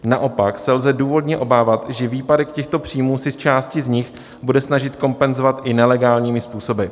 Naopak se lze důvodně obávat, že výpadek těchto příjmů si část z nich bude snažit kompenzovat i nelegálními způsoby.